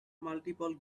multiple